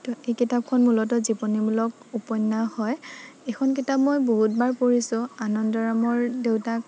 ত' এই কিতাপখন মূলত জীৱনীমূলক উপন্যাস হয় এইখন কিতাপ মই বহুতবাৰ পঢ়িছোঁ আনন্দৰামৰ দেউতাক